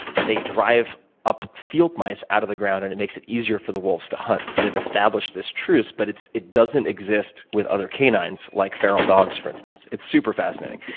they drive up field mice out of the ground and it makes it easier for the wolves to hunt. so they've established this truce but it doesn't exist with other canines, like feral dogs, for instance. it's super fascinating.